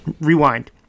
Rewind